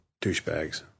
douchebags